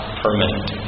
permanent